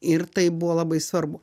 ir tai buvo labai svarbu